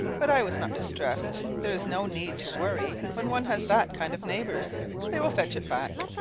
but i was not distressed there is no need to worry when one has that kind of neighbors they will fetch it back.